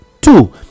Two